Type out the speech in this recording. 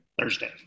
Thursday